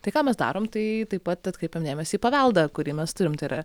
tai ką mes darom tai taip pat atkreipiam dėmesį į paveldą kurį mes turim tai yra